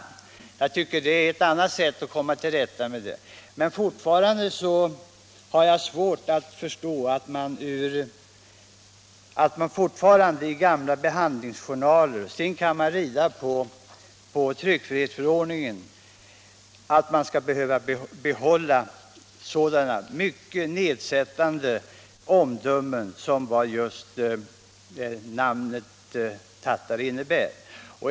Det lär finnas sådana möjligheter, och det vore ett sätt att komma till rätta med frågan. Men jag har svårt att förstå varför man i gamla behandlingsjournaler fortfarande skall behöva behålla sådana mycket nedsättande omdömen som tattare — man må sedan rida hur mycket man vill på tryckfrihetsförordningen.